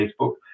Facebook